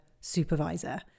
supervisor